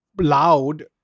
loud